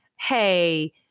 hey